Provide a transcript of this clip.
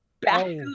back